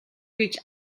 гэж